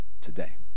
today